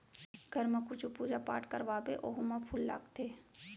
घर म कुछु पूजा पाठ करवाबे ओहू म फूल लागथे